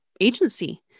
agency